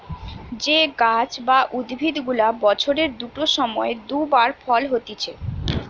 যে গাছ বা উদ্ভিদ গুলা বছরের দুটো সময় দু বার ফল হতিছে